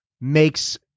makes